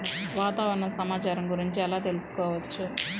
వాతావరణ సమాచారం గురించి ఎలా తెలుసుకోవచ్చు?